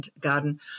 garden